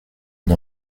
une